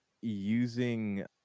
using